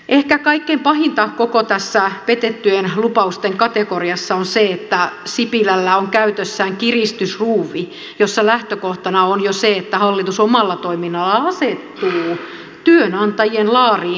ehkä kaikkein pahinta koko tässä petettyjen lupausten kategoriassa on se että sipilällä on käytössään kiristysruuvi jossa lähtökohtana on jo se että hallitus omalla toiminnallaan asettuu työnantajien laariin